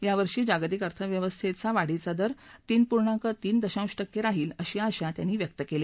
यावर्षी जागतिक अर्थव्यवस्थेचा वाढीचा दर तीन पूर्णाक तीन दशांश टक्के राहील अशी आशा त्यांनी व्यक्त केली